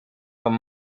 van